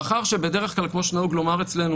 מאחר שבדרך כלל כמו שנהוג לומר אצלנו,